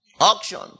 Auction